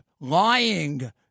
Lying